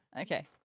Okay